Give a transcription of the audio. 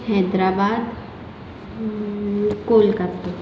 Hyderabad Kolkata